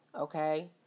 okay